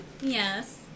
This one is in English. Yes